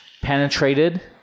penetrated